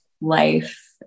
life